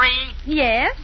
Yes